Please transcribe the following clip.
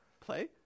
Play